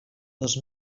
dos